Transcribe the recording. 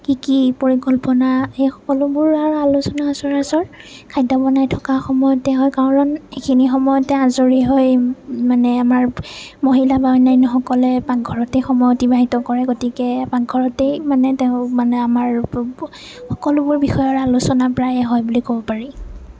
কি কি পৰিকল্পনা এই সকলোবোৰৰ আলোচনা সচৰাচৰ খাদ্য বনাই থকাৰ সময়তে হয় কাৰণ এইখিনি সময়তে আজৰি হৈ মানে আমাৰ মহিলা বা অন্য়ান্য়সকলে পাকঘৰতে সময় অতিবাহিত কৰে গতিকে পাকঘৰতেই মানে তেওঁ মানে আমাৰ সকলোবোৰ বিষয়ৰ আলোচনা প্ৰায়ে হয় বুলি ক'ব পাৰি